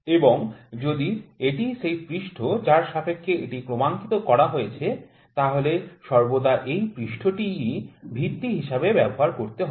এবং যদি এটিই সেই পৃষ্ঠ যার সাপেক্ষে এটি ক্রমাঙ্কিত করা হয়েছে তাহলে সর্বদা এই পৃষ্ঠাটি ই ভিত্তি হিসাবে ব্যবহার করতে হবে